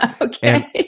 Okay